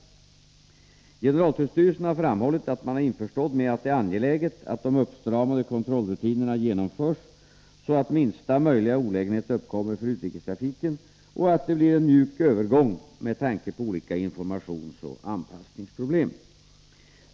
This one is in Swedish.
: SS z Om rutinerna vid Generaltullstyrelsen har framhållit att man är införstådd med att det är tullkontroll av im angeläget att de uppstramade kontrollrutinerna genomförs så att minsta portgods möjliga olägenhet uppkommer för utrikestrafiken och att det blir en mjuk övergång med tanke på olika informationsoch anpassningsproblem.